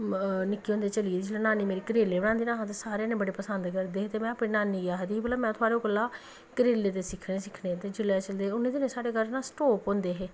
निक्के होंदे चली गेई जि'यां नानी मेरी करेले बना दी ही न ते सारे जनें बड़ा पसंद करदे हे ते में अपनी नानी गी आखदी ही कि में भला थुआड़े कोला करेले ते सिक्खने गे सिक्खने ते जिसलै उ'नें साढ़े घर न स्टोव होंदे हे